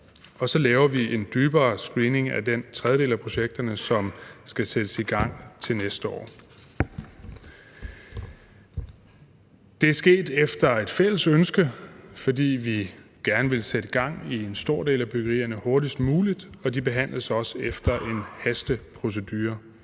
og så laver vi en dybere screening af den tredjedel af projekterne, som skal sættes i gang til næste år. Det er sket efter et fælles ønske, fordi vi gerne vil sætte gang i en stor del af byggerierne hurtigst muligt, og de behandles også efter en hasteprocedure.